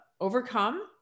overcome